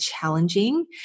challenging